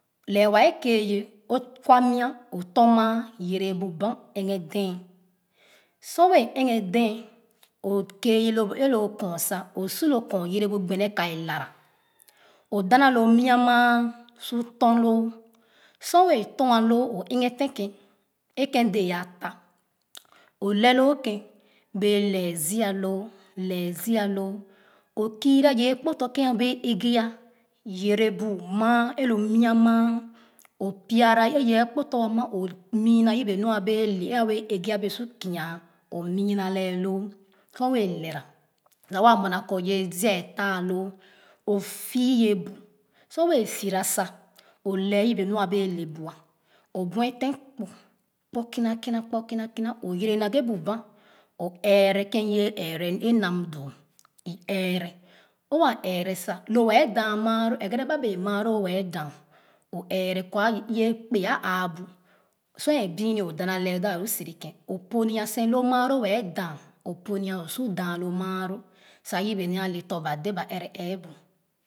Lɛ wɛɛ kee ye o kwa mia o tom maa yere bu banh ɛojhɛ dee sor wɛɛ ɛghɛ dee o kee ye elo kɔɔn osu lo kɔɔn yere bu gbene ka e lala o dana lo mia maa su tom loo sor wɛɛ tom loo o ɛghe ten ken e ken dee a ta o lɛ loo ken bee ziia loo lɛ ziia loo o kira ye kpo tɔ ken abee aghɛa yene bu maa e lo mua maa o piera ye akpo tɔ o mii naa yebenu a bee le a a bee eghea e a bee su kia o muona lɛh loo su wɛɛ lɛra sa waa muɛ na kɔ ye ziia e taaloo o fii yebu sor wɛɛ fii ra sa o lɛh yebe nu a bee lebu’a o bu kpu kpu kina kina kpu kina kina o yere naghe bu banh o ɛɛrɛ ken uwɛɛ ɛɛrɛ a nam e ɛɛrɛ sor waa ɛɛrɛ sa lo wɛɛ daa maalo ɛgɛrɛ ba bee maalo wɛɛ dan o ɛɛrɛ kɔ ye kpe aa bu sor e bii-nii o dana lee daalu sere ken o ponia sere lo maalo wɛɛ da o ponia o su daa lo maalo sa yebe ale tɔ ba de ba ɛrɛ ɛɛbu